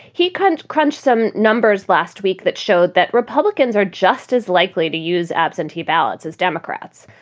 he kind of crunched some numbers last week that showed that republicans are just as likely to use absentee ballots as democrats.